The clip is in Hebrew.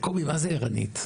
תקומי מה זה עירנית.